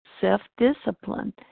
self-discipline